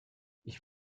ich